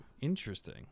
interesting